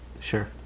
Sure